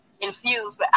infused